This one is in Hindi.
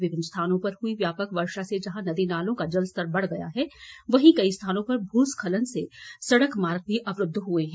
विभिन्न स्थानों पर हुई व्यापक वर्षा से जहां नदी नालों का जल स्तर बढ़ गया है वहीं कई स्थानों पर भूस्खलन से सड़क मार्ग भी अवरूद्व हुए हैं